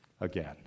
again